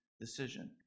decision